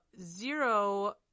zero